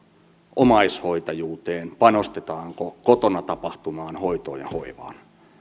omaishoitajuuteen panostetaanko kotona tapahtuvaan hoitoon ja hoivaan